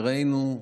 וראינו,